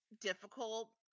difficult